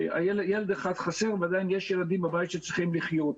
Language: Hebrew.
שילד אחד חסר ועדיין יש ילדים בבית שצריכים לחיות.